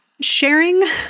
sharing